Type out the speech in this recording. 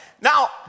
Now